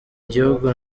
gihugu